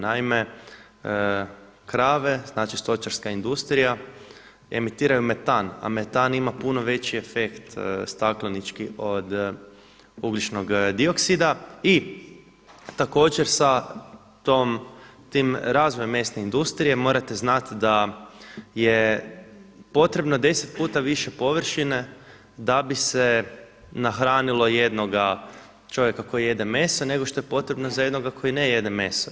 Naima, krave, znači stočarska industrija emitiraju metan, a metan ima puno veći efekt staklenički od ugljičnog dioksida i također sa tim razvojem mesne industrije morate znati da je potrebno deset puta više površine da bi se nahranilo jednoga čovjeka koji jede meso nego što je potrebno za jednoga koji ne jede meso.